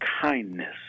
kindness